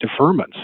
deferments